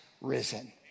risen